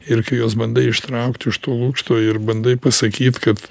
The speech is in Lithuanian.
ir kai juos bandai ištraukti iš tų lukštų ir bandai pasakyt kad